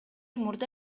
мурда